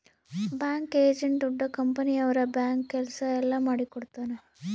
bank agent ದೊಡ್ಡ company ಅವ್ರ bank ಕೆಲ್ಸ ಎಲ್ಲ ಮಾಡಿಕೊಡ್ತನ